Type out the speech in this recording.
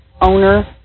owner